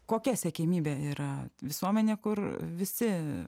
kokia siekiamybė yra visuomenė kur visi